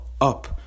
up